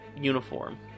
uniform